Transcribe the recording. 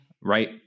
right